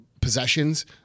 possessions